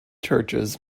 churches